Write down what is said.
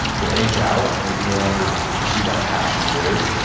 they'll age out. they can no longer pursue that passion of theirs.